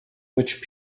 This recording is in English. which